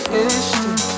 instant